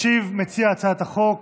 ישיב מציע הצעת החוק